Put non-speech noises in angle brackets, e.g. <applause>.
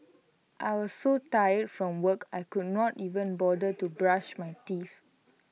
I was so tired from work I could not even bother to brush my teeth <noise>